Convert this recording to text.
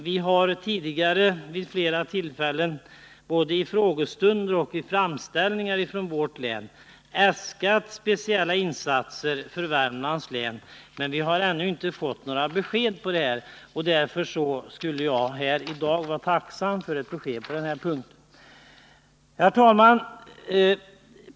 Vi har tidigare vid flera tillfällen både i frågestunder och i framställningar från vårt län äskat speciella insatser för Värmlands län, men vi har ännu inte fått något besked i denna fråga. Därför skulle jag i dag vara tacksam för ett besked på den punkten. Herr talman!